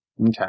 Okay